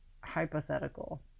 hypothetical